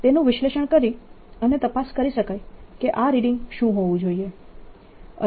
તેનું વિશ્લેષણ કરી અને તપાસ કરી શકાય કે આ રીડિંગ શું હોવું જોઈએ